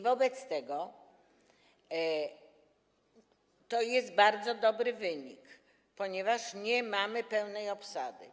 Wobec tego to jest bardzo dobry wynik, ponieważ nie mamy pełnej obsady.